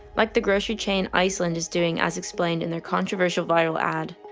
like the grocery chain iceland is doing as explained in their controversial viral ad.